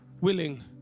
willing